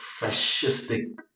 fascistic